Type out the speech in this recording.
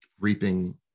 reaping